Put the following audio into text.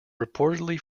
reportedly